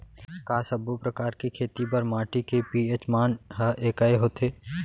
का सब्बो प्रकार के खेती बर माटी के पी.एच मान ह एकै होथे?